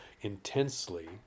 intensely